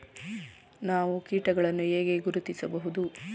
ನಾವು ಕೀಟಗಳನ್ನು ಹೇಗೆ ಗುರುತಿಸಬಹುದು?